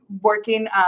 working